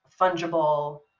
fungible